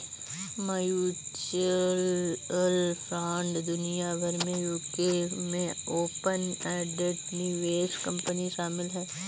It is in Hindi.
म्यूचुअल फंड दुनिया भर में यूके में ओपन एंडेड निवेश कंपनी शामिल हैं